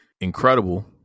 Incredible